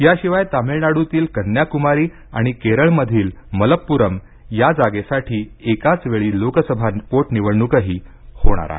या शिवाय तामिळनाडूतील कन्न्याक्मारी आणि केरळमधील मलप्पुरम जागेसाठी एकाच वेळी लोकसभा पोटनिवडणूकही होणार आहे